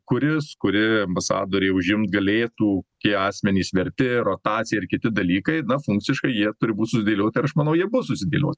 kuris kuri ambasadorė užimt galėtų tie asmenys verti rotacija ir kiti dalykai na funkciškai jie turi būt sudėlioti aš manau jie bus susidėlioti